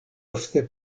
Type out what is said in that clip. ofte